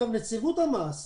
נציבות המס,